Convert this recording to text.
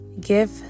give